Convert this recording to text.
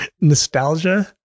nostalgia –